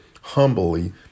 humbly